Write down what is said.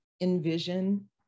Envision